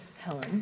Helen